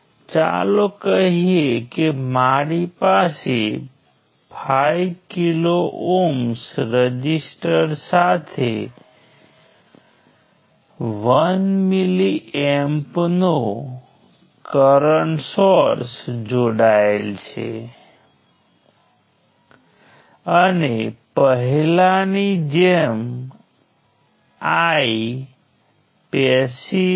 ફરીથી હું આ બ્રાન્ચીઝ આ ત્રણ બ્રાન્ચીઝ અને દરેક બ્રાન્ચ 6 7 અને 3 લઈ શકું છું ફરીથી આપણી પાસે એક ટ્રી છે અને તમામ નોડ્સ ઓછામાં ઓછી એક બ્રાન્ચ સાથે જોડાયેલા છે પરંતુ ત્યાં કોઈ લૂપ નથી તેથી આ પણ એક ટ્રી છે